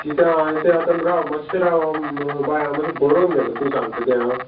कितें हांवें तें आतां राव मातशें राव बाय हांव मातशें बरोवन घेता तूं सांगता तें आं